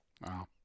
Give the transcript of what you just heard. Wow